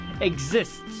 exists